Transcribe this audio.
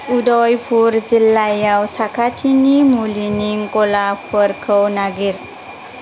उदयपुर जिल्लायाव साखाथिनि मुलिनि गलाफोरखौ नागिर